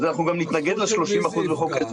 אז אנחנו גם נתנגד ל-30% בחוק ההסדרים.